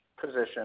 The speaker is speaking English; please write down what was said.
position